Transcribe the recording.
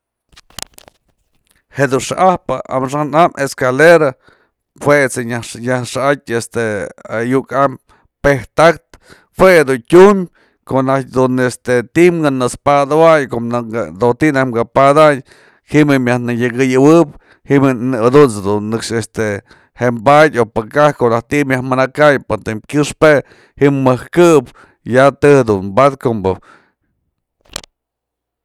jedun xa'ajpë amaxa'an am escalera jue ëjt's je nyaj xa'atyë este ayu'uk am pejta'aktë jue dun tyumpë ko'o najtyë dun este ti'i kë naxpadëwaynë ko'o ti'i najkë padaynë ji'im je myaj nënyakëyëwëp ji'im je jadunt's dun nëxk este je badyë o pë kaj ko'o najk t'i myaj manakanyë pë tëm kyëxp je ji'im mëjkëp y ya të jedun pankumbë.